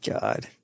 God